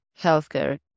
healthcare